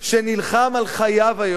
שנלחם על חייו היום